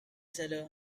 seller